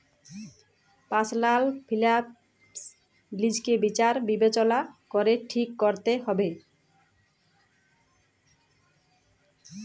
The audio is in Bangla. পার্সলাল ফিলান্স লিজকে বিচার বিবচলা ক্যরে ঠিক ক্যরতে হুব্যে